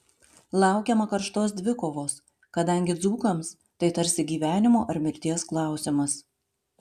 laukiama karštos dvikovos kadangi dzūkams tai tarsi gyvenimo ar mirties klausimas